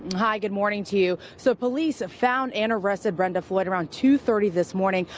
hi, good morning to you. so police found and arrested brenda floyd around two thirty this morning.